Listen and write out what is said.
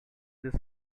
this